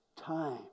time